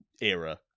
era